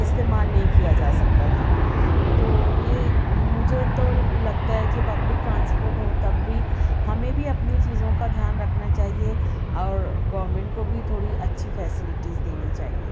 استعمال نہیں کیا جا سکتا تھا تو یہ مجھے تو لگتا ہے کہ پبلک ٹرانسپورٹ ہو تب بھی ہمیں بھی اپنی چیزوں کا دھیان رکھنا چاہیے اور گورمنٹ کو بھی تھوڑی اچھی فیسیلیٹیز دینی چاہیے